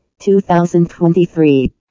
2023